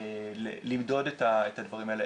למדוד את הדברים האלה,